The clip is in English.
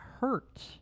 Hurt